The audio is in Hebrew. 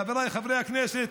חבריי חברי הכנסת.